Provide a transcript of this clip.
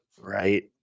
right